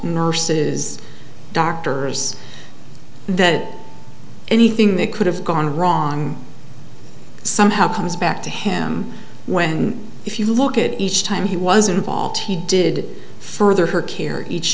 nurses doctors that anything that could have gone wrong somehow comes back to him when if you look at it each time he was involved he did further her care each